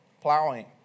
plowing